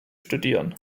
studieren